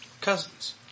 cousins